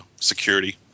security